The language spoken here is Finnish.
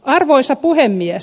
arvoisa puhemies